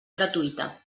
gratuïta